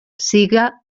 siga